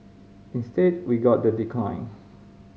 instead we got the decline